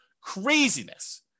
Craziness